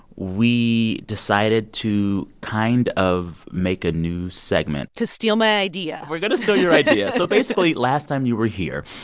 we decided to kind of make a new segment to steal my idea we're going to steal your idea so, basically, last time you were here,